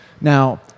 Now